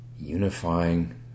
Unifying